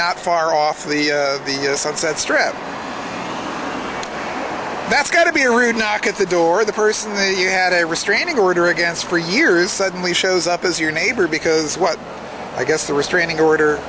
not far off the sunset strip that's going to be rude knock at the door the person that you had a restraining order against for years suddenly shows up as your neighbor because what i guess the restraining order